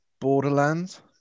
Borderlands